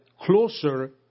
Closer